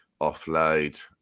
offload